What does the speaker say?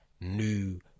new